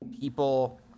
people